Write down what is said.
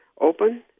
open